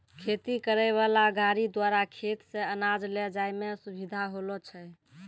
खेती करै वाला गाड़ी द्वारा खेत से अनाज ले जाय मे सुबिधा होलो छै